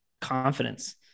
confidence